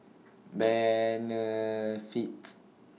Benefit